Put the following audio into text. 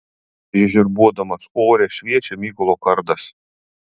žiežirbuodamas ore šviečia mykolo kardas